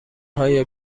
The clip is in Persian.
های